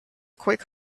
quick